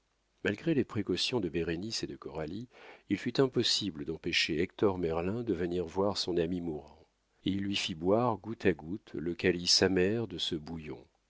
malgré les précautions de bérénice et de coralie il fut impossible d'empêcher hector merlin de venir voir son ami mourant et il lui fit boire goutte à goutte le calice amer de ce bouillon